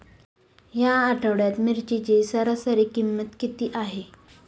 या आठवड्यात मिरचीची सरासरी किंमत किती आहे?